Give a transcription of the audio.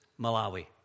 Malawi